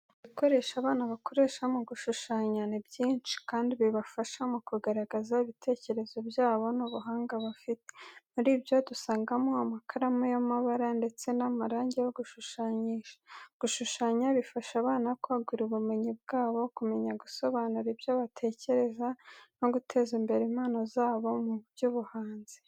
Ibikoresho abana bakoresha mu gushushanya ni byinshi kandi bifasha mu kugaragaza ibitekerezo byabo n'ubuhanga bafite. Muribyo dusangamo amakaramu y'amabara ndetse n'amarangi yo gushushanyisha. Gushushanya bifasha abana kwagura ubumenyi bwabo, kumenya gusobanura ibyo batekereza, no guteza imbere impano zabo mu by'ubuhanzi.